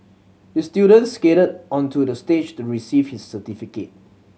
the student skated onto the stage to receive his certificate